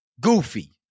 Goofy